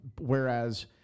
whereas